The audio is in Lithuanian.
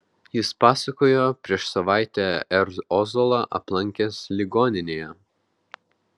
jis pasakojo prieš savaitę r ozolą aplankęs ligoninėje